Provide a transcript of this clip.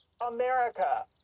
America